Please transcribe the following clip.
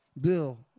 Bill